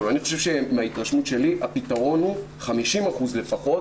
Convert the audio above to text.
מההתרשמות שלי, הפתרון הוא 50% לפחות